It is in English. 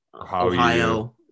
ohio